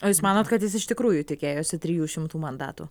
o jūs manot kad jis iš tikrųjų tikėjosi trijų šimtų mandatų